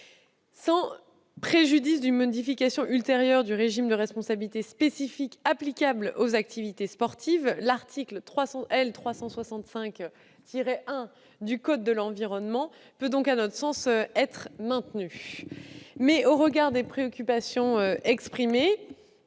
sans préjudice d'une modification ultérieure du régime de responsabilité spécifique applicable aux activités sportives, l'article L. 365-1 du code de l'environnement pourrait donc être, selon nous, maintenu. Néanmoins, au regard des préoccupations exprimées,